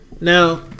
Now